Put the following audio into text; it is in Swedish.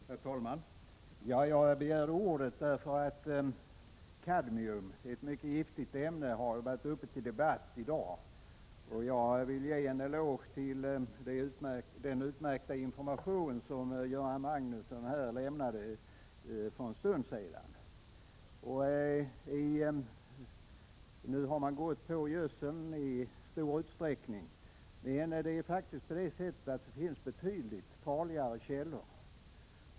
Herr talman! Jag har begärt ordet därför att kadmium, ett mycket giftigt ämne, i dag har varit uppe till debatt. Jag vill ge Göran Magnusson en eloge för den utmärkta information som han lämnade. Nu har gödseln angripits i stor utsträckning, men det finns betydligt farligare giftkällor.